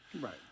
Right